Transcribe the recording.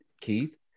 keith